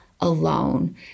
alone